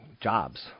jobs